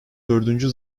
dördüncü